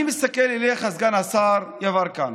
אני מסתכל עליך, סגן השר יברקן.